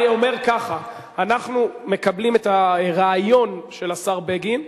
אני אומר ככה: אנחנו מקבלים את הרעיון של השר בגין.